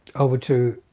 over to